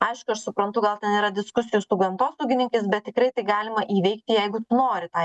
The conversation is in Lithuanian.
aišku aš suprantu gal ten yra diskusijų ir su gamtosaugininkais bet tikrai tai galima įveikti jeigu tu nori tą